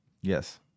yes